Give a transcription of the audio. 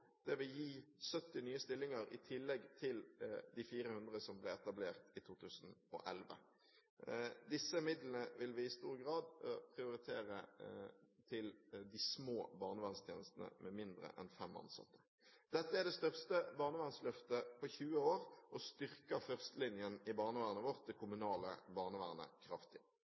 Det vil gi 70 nye stillinger i tillegg til de 400 som ble etablert i 2011. Disse midlene vil vi i stor grad prioritere til de små barnevernstjenestene, de med mindre enn fem ansatte. Dette er det største barnevernsløftet på 20 år og styrker førstelinjen i barnevernet vårt, det kommunale barnevernet, kraftig.